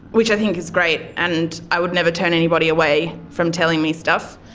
which i think is great, and i would never turn anybody away from telling me stuff,